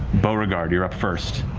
beauregard, you're up first,